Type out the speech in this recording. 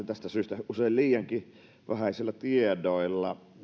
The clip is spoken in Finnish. tästä syystä usein liiankin vähäisillä tiedoilla